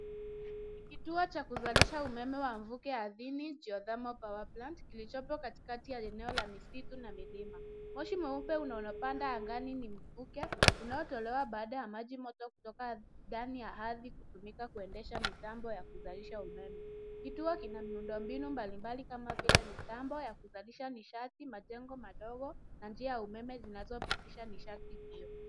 Ni kituo cha kuzalisha umeme wa mvuke ardhini geothermal power plant kilichopo katikati ya eneo la misitu na milima. Moshi mweupe unaopanda angani ni mvuke unaotolewa baada ya maji moto kutoka ndani ya ardhi kutumika kuendesha mitambo ya kuzalisha umeme. Kituo kina miundombinu mbalimbali kama vile mitambo ya kuzalisha nishati, majengo madogo na njia ya umeme zinazopitisha nishati hiyo.